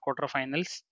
quarterfinals